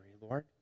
Lord